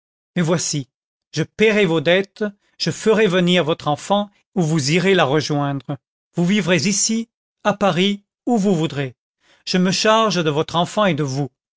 mais voici je payerai vos dettes je ferai venir votre enfant ou vous irez la rejoindre vous vivrez ici à paris où vous voudrez je me charge de votre enfant et de vous